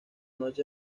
noche